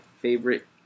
favorite